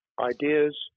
Ideas